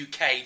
uk